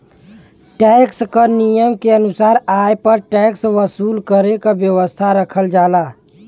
tax क नियम के अनुसार आय पर टैक्स वसूल करे क व्यवस्था रखल जाला